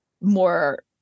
more